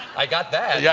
i got that. yeah